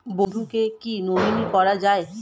বন্ধুকে কী নমিনি করা যায়?